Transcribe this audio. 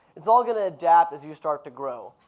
it's all gonna adapt as you start to grow.